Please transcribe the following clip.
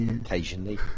Occasionally